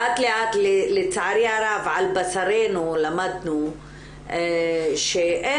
לאט לאט לצערי הרב על בשרנו למדנו שאפשר